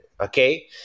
Okay